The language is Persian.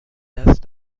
دست